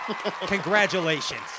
Congratulations